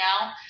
now